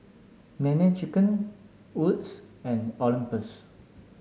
Nene Chicken Wood's and Olympus